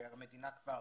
שהמדינה כבר